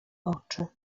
oczy